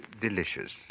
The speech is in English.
delicious